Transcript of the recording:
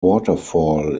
waterfall